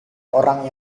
orang